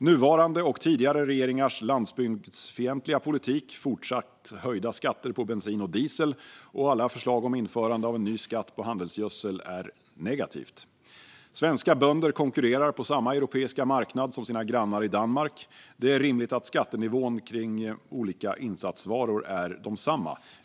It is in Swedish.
Nuvarande och tidigare regeringars landsbygdsfientliga politik, fortsatt höjda skatter på bensin och diesel samt alla förslag om införande av en ny skatt på handelsgödsel är negativt. Svenska bönder konkurrerar på samma europeiska marknad som sina grannar i Danmark. Det är rimligt att skattenivån för olika insatsvaror är densamma.